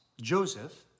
Joseph